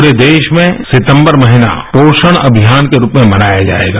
पूरे देश में सितंबर महीना पोषण अमियान के रूप में मनाया जायेगा